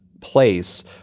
place